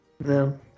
No